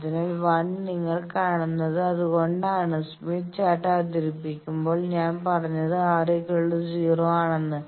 അതിനാൽ 1 നിങ്ങൾ കാണുന്നത് അതുകൊണ്ടാണ് സ്മിത്ത് ചാർട്ട് അവതരിപ്പിക്കുമ്പോൾ ഞാൻ പറഞ്ഞത് R0 ആണെന്ന്